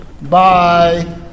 bye